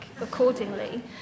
accordingly